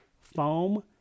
foam